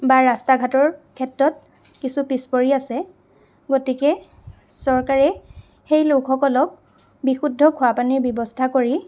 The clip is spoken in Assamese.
বা ৰাষ্টা ঘাটৰ ক্ষেত্ৰত কিছু পিছপৰি আছে গতিকে চৰকাৰে সেই লোকসকলক বিশুদ্ধ খোৱা পানীৰ ব্য়ৱস্থা কৰি